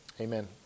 amen